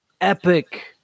epic